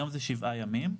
כן,